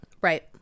right